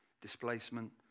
displacement